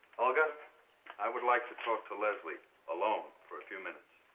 olga i would like to talk to leslie alone for a few minutes